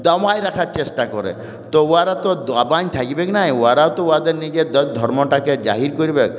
দমিয়ে রাখার চেষ্টা করে তো ওরা তো দমে থাকবেক না ওরা তো ওদের নিজের ধর্মটাকে জাহির করবেক